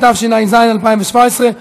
התשע"ז 2017,